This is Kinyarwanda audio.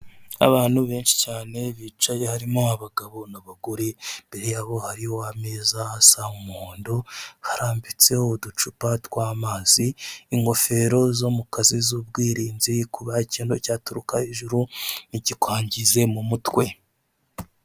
Abantu benshi cyane bicaye harimo abagabo n'abagore, imbere yabo hari ameza asa umuhondo harambitseho uducupa tw'amazi, ingofero zo mu kazi z'ubwirinzi kuba ikintu cyaturuka hejuru ntikikwangize mu mutwe.